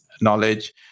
knowledge